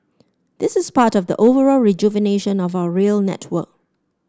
this is part of the overall rejuvenation of our rail network